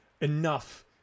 enough